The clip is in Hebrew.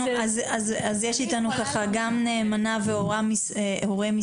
יש איתנו כאן גם את הנאמנה והורה משדרות,